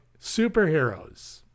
superheroes